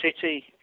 city